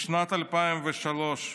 בשנת 2003,